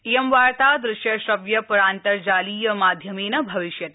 इयं वार्ता दृश्य श्रव्य परान्तर्जालीय माध्यमेन भविष्यति